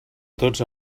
tots